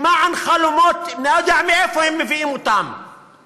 למען חלומות לא יודע מאיפה הם מביאים אותם,